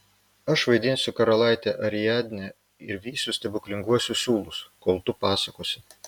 aš vaidinsiu karalaitę ariadnę ir vysiu stebuklinguosius siūlus kol tu pasakosi